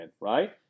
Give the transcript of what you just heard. right